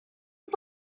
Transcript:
des